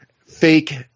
fake-